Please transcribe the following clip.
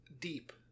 deep